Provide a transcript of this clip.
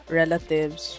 relatives